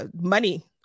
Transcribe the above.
money